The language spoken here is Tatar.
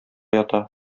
ята